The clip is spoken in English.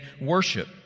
worship